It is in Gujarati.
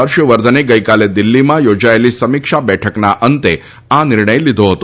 હર્ષવર્ધન ગઈકાલ દિલ્હીમાં યોજાયલી સમિક્ષા બલકના અંત આ નિર્ણય લીધો હતો